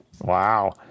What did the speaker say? wow